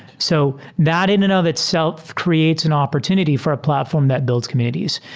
so that in and of itself creates an opportunity for a platform that builds communities.